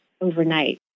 overnight